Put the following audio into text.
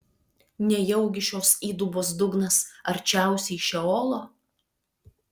nejaugi šios įdubos dugnas arčiausiai šeolo